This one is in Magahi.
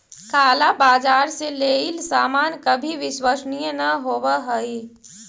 काला बाजार से लेइल सामान कभी विश्वसनीय न होवअ हई